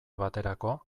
baterako